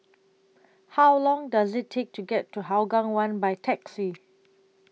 How Long Does IT Take to get to Hougang one By Taxi